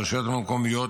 הרשויות המקומיות,